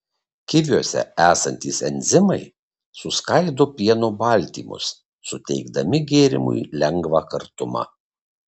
kiviuose esantys enzimai suskaido pieno baltymus suteikdami gėrimui lengvą kartumą